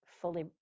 fully